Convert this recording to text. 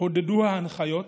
חודדו ההנחיות